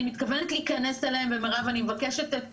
אני מתכוונת להיכנס אליהם ומירב אני מבקשת את